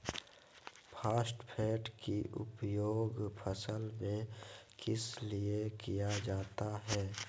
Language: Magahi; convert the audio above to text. फॉस्फेट की उपयोग फसल में किस लिए किया जाता है?